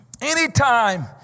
Anytime